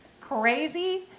crazy